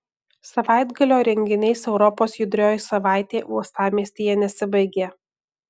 savaitgalio renginiais europos judrioji savaitė uostamiestyje nesibaigė